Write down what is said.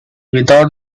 without